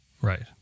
Right